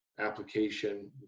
application